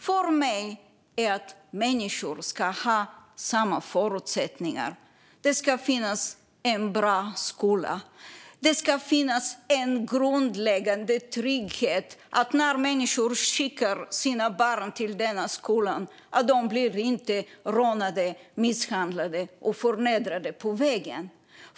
För mig är rättvisa att människor ska ha samma förutsättningar. Det ska finnas en bra skola, och det ska finnas en grundläggande trygghet: När människor skickar sina barn till denna skola blir de inte rånade, misshandlade och förnedrade på vägen.